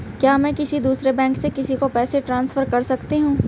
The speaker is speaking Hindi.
क्या मैं किसी दूसरे बैंक से किसी को पैसे ट्रांसफर कर सकती हूँ?